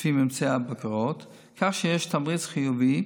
לפי ממצאי הבקרות, כך שיש תמריץ חיובי,